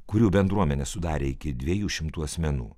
kurių bendruomenę sudarė iki dviejų šimtų asmenų